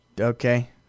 okay